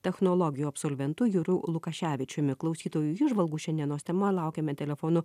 technologijų absolventu juru lukaševičiumi klausytojų įžvalgų šiandienos tema laukiame telefonu